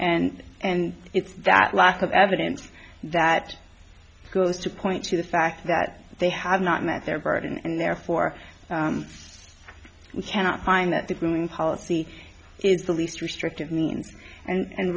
and and it's that lack of evidence that goes to point to the fact that they have not met their burden and therefore we cannot find that the grooming policy is the least restrictive means and